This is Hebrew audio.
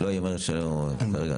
לא, היא אומרת שאתם תדברו כרגע.